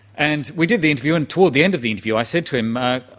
and we did the interview, and towards the end of the interview i said to him, ah